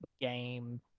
game